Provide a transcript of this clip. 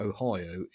Ohio